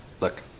Look